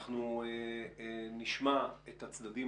בשעתיים הקרובות אנחנו נשמע את הצדדים